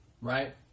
right